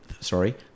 Sorry